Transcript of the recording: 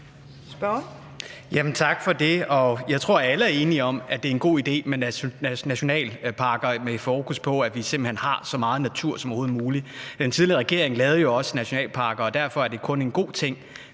Tak for det. Jeg tror, alle er enige om, at det er en god idé med nationalparker med fokus på, at vi simpelt hen har så meget natur som overhovedet muligt. Den tidligere regering lavede jo også nationalparker, og derfor er det kun en god ting.